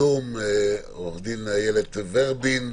עו"ד איילת נחמיאס ורבין,